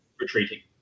retreating